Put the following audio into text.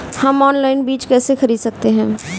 हम ऑनलाइन बीज कैसे खरीद सकते हैं?